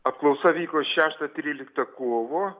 apklausa vyko šeštą tryliktą kovo